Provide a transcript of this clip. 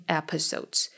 episodes